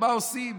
מה עושים?